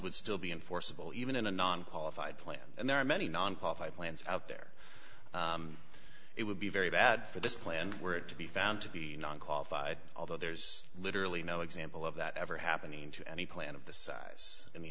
would still be enforceable even in a non qualified plan and there are many nonprofit plans out there it would be very bad for this plan were it to be found to be non qualified although there's literally no example of that ever happening to any plan of the size in the